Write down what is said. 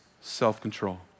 self-control